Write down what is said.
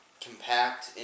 compact